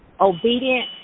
obedient